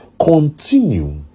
continue